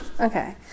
Okay